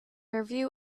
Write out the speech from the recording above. review